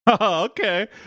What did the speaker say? okay